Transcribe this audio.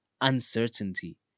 uncertainty